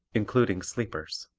including sleepers.